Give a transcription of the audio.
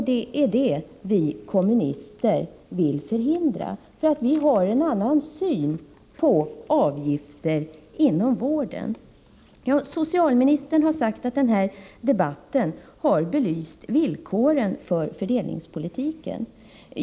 Det är detta vi kommunister vill förhindra, för vi har en annan syn på avgifter inom vården. Socialministern har sagt att den här debatten har belyst villkoren för fördelningspolitiken.